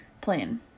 plan